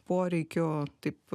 poreikio taip